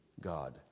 God